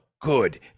good